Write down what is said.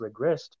regressed